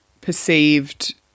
perceived